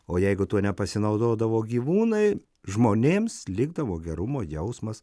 o jeigu tuo nepasinaudodavo gyvūnai žmonėms likdavo gerumo jausmas